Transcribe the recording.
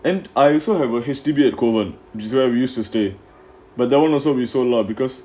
and I also have a H_D_B at kovan just where we used to stay but that one also be so lah because